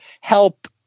help